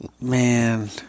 man